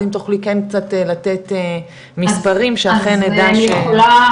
אז אם תוכלי כן קצת לתת מספרים שאכן נדע אז אני יכולה,